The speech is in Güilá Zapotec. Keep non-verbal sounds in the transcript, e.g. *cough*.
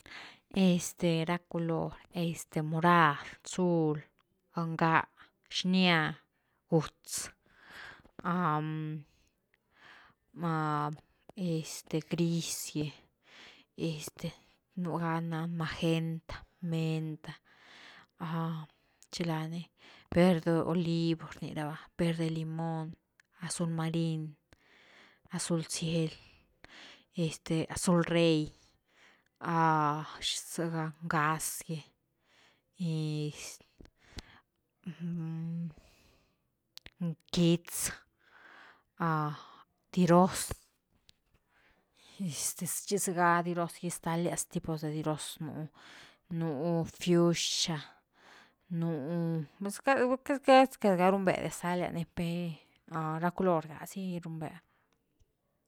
Este ra color, este morad, zul, ngáh, xnya, gútz, *hesitation* este gris gy, este nú ga ni na magenta, menta, zilani verde olivo rni raba, verde limón, azul marin, azul ciel, este azul rey, zega ngaz gy, quitz diroz, este chi zega diroz gy stalias tipos de diroz nú, nú fiusha, nú *unintelligible* queity run ve dia stalias pe, ra color gá sigy run’ve.